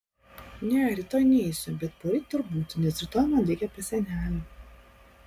ne rytoj neisiu bet poryt turbūt nes rytoj man reikia pas senelę